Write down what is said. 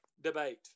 debate